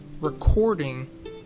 recording